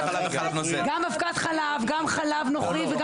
גם אבקת חלב, גם חלב נוכרי.